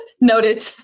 Noted